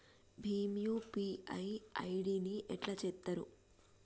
Bhim UPI ID ని ఎట్లా చేత్తరు?